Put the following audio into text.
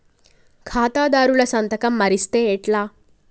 ఖాతాదారుల సంతకం మరిస్తే ఎట్లా?